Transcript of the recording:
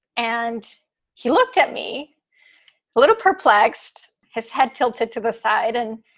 and he looked at me a little perplexed, his head tilted to the fight. and